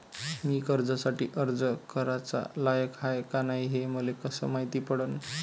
मी कर्जासाठी अर्ज कराचा लायक हाय का नाय हे मले कसं मायती पडन?